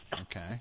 Okay